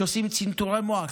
שעושים צנתורי מוח.